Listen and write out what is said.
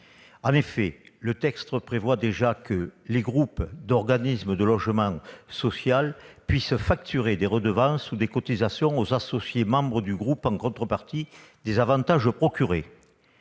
Le projet de loi prévoit déjà que les « groupes d'organismes de logement social peuvent facturer des redevances ou des cotisations aux associés ou membres du groupe en contrepartie des avantages procurés